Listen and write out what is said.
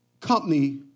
company